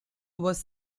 was